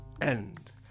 end